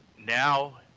Now